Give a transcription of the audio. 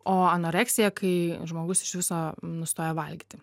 o anoreksija kai žmogus iš viso nustoja valgyti